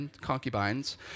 concubines